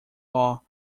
law